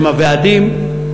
ועם הוועדים,